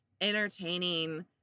entertaining